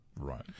Right